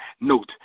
Note